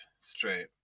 straight